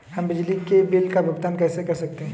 हम बिजली के बिल का भुगतान कैसे कर सकते हैं?